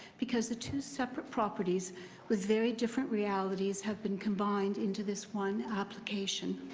because the two separate properties with very different realities have been combined into this one application.